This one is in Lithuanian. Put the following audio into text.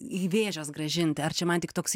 į vėžes grąžinti ar čia man tik toks